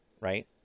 right